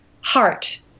heart